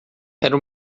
era